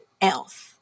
else